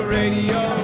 radio